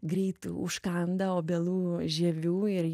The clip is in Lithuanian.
greit užkanda obelų žievių ir